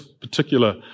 particular